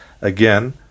Again